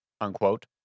unquote